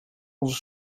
onze